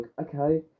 okay